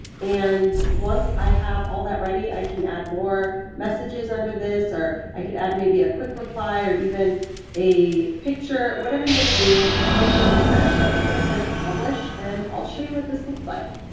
and once i have all that ready, i can add more messages under this, or i could add maybe a quick reply, or even a picture whatever you want to do, or you can just send. so, i'm just going to click publish and i'll show you what this looks like.